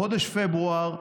בחודש פברואר,